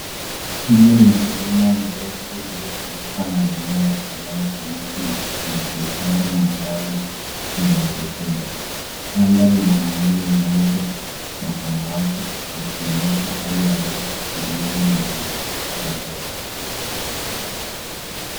Hii ni milima mirefu iliyofunikwa na mimea ya kijani kibichi, ikiwa na ishara mandhari yenye rutuba. Anga lina mawingu meupe na samawati likionyesha hali ya hewa tulivu na yenye kupendeza.